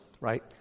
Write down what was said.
right